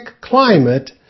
climate